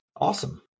Awesome